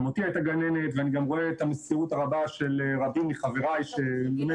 חמותי הייתה גננת ואני גם רואה את המסירות הרבה של רבים מחבריי כמורים.